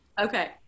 Okay